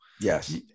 Yes